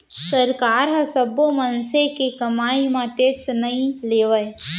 सरकार ह सब्बो मनसे के कमई म टेक्स नइ लेवय